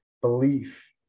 belief